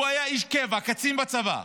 הוא היה איש קבע, קצין בצבא,